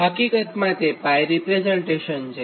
આ હકીકતમાં 𝜋 રીપ્રેઝન્ટેશન છે